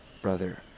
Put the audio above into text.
Brother